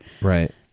Right